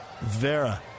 Vera